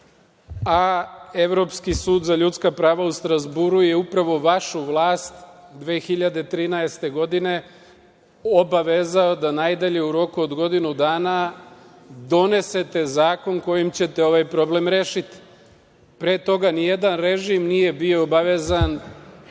a Evropski sud za ljudska prava u Strazburu je upravo vašu vlast 2013. godine obavezao da najdalje u roku od godinu dana donesete zakon kojim ćete ovaj problem rešiti. Pre toga ni jedan režim nije bio obavezan